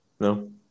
no